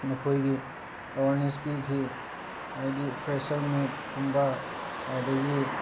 ꯃꯈꯣꯏꯒꯤ ꯑꯦꯋꯥꯔꯅꯦꯁ ꯄꯤꯈꯤ ꯍꯥꯏꯗꯤ ꯐ꯭ꯔꯦꯁꯔ ꯃꯤꯠ ꯀꯨꯝꯕ ꯑꯗꯨꯗꯒꯤ